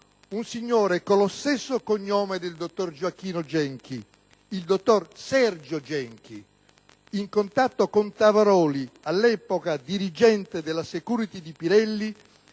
un signore con lo stesso cognome del dottor Gioacchino Genchi, il dottor Sergio Genchi, in contatto con Tavaroli, all'epoca dirigente della *security* di Pirelli,